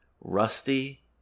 Rusty